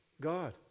God